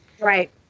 Right